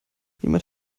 jemand